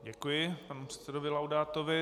Děkuji panu předsedovi Laudátovi.